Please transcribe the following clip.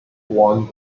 won